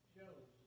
shows